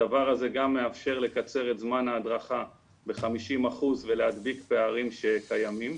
הדבר הזה גם מאפשר לקצר את זמן ההדרכה ב-50% ולהדביק פערים שקיימים.